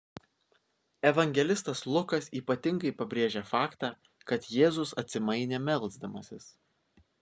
evangelistas lukas ypatingai pabrėžia faktą kad jėzus atsimainė melsdamasis